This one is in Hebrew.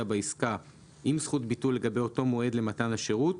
בעסקה עם זכות ביטול לגבי אותו מועד למתן השירות,